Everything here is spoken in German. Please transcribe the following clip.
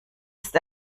ist